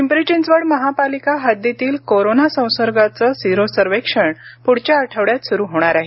पिंपरी चिंचवड महापालिका हद्दीतील कोरोना संसर्गाचं सेरो सर्वेक्षण पुढच्या आठवड्यात सुरू होणार आहे